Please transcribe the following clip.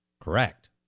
correct